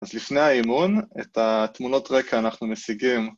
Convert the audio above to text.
אז לפני האימון, את התמונות רקע אנחנו משיגים.